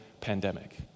pandemic